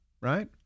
right